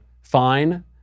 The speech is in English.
fine